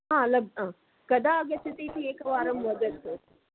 हा लब् हा कदा आगच्छति इति एकवारं वदतु